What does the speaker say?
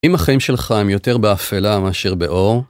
אם החיים שלך הם יותר באפלה מאשר באור?